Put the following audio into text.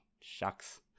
shucks